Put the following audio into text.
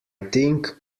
think